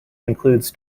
includes